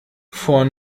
vor